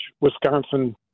Wisconsin